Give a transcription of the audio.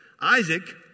Isaac